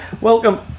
welcome